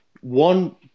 one